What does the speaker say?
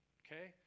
okay